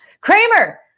Kramer